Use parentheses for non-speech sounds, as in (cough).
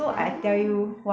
(noise)